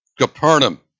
Capernaum